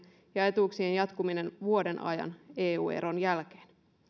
ja etuuksien jatkuminen vuoden ajan eu eron jälkeen